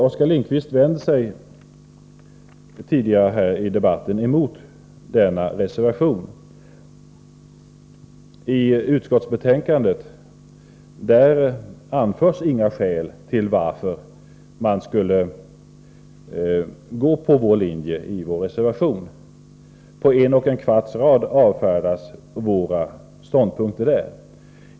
Oskar Lindkvist vände sig tidigare i debatten mot denna reservation. I utskottsbetänkandet anförs inga skäl till varför man inte skulle gå på den linje som föreslås i vår reservation. Våra ståndpunkter avfärdas där på en och en kvarts rad.